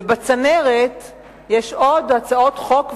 ובצנרת יש עוד הצעות חוק ורעיונות.